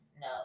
No